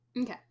Okay